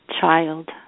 child